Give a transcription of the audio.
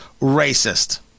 racist